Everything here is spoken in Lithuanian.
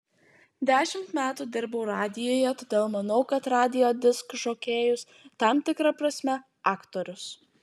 dešimt metų dirbau radijuje todėl manau kad radijo diskžokėjus tam tikra prasme aktorius